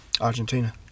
Argentina